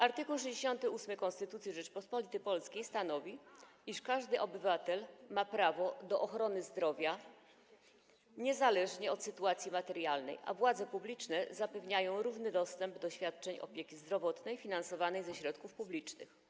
Art. 67 Konstytucji Rzeczypospolitej Polskiej stanowi, iż każdy obywatel ma prawo do ochrony zdrowia, niezależnie od sytuacji materialnej, a władze publiczne zapewniają równy dostęp do świadczeń opieki zdrowotnej finansowanej ze środków publicznych.